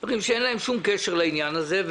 כל הדברים האלה הם דברים שאין להם שום קשר לעניין הזה.